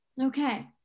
okay